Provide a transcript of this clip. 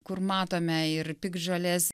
kur matome ir piktžoles